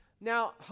Now